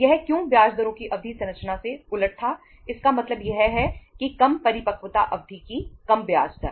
यह क्यों ब्याज दरों की अवधि संरचना से उलट था इसका मतलब यह है कि कम परिपक्वता अवधि की कम ब्याज दर